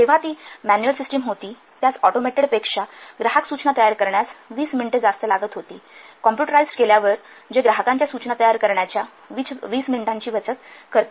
जेव्हा ती manual system होती त्यास ऑटोमेटेड पेक्षा ग्राहक सूचना तयार करण्यास २0 मिनिटे जास्त लागतील कॉम्पुटराइज्ड केल्यावर जे ग्राहकांच्या सूचना तयार करण्याच्या २0 मिनिटांची बचत करते